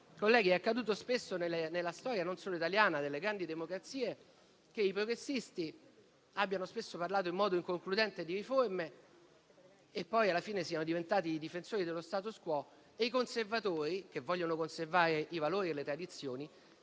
colleghi, è accaduto spesso nella storia, non solo italiana, ma anche delle grandi democrazie, che i progressisti abbiano parlato in modo inconcludente di riforme e poi alla fine siano diventati i difensori dello *status quo*, mentre i conservatori, che vogliono conservare i valori e le tradizioni,